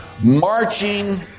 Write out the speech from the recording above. Marching